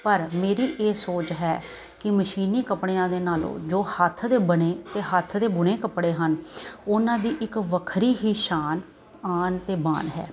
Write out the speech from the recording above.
ਪਰ ਮੇਰੀ ਇਹ ਸੋਚ ਹੈ ਕਿ ਮਸ਼ੀਨੀ ਕੱਪੜਿਆਂ ਦੇ ਨਾਲੋਂ ਜੋ ਹੱਥ ਦੇ ਬਣੇ ਤੇ ਹੱਥ ਦੇ ਬੁਣੇ ਕੱਪੜੇ ਹਨ ਉਹਨਾਂ ਦੀ ਇੱਕ ਵੱਖਰੀ ਹੀ ਸ਼ਾਨ ਆਣ ਤੇ ਬਾਣ ਹੈ